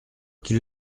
qui